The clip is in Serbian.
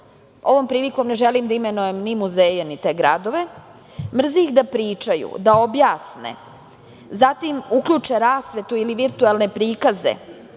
ovom prilikom ne želim da imenujem ni muzeje, ni te gradove, mrzi ih da pričaju, da objasne, zatim uključe rasvetu ili virtuelne prikaze